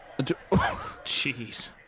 Jeez